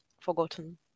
forgotten